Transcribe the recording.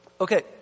Okay